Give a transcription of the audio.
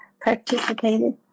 participated